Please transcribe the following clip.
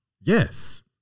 Yes